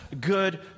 good